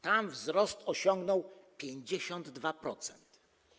Tam wzrost osiągnął 52%.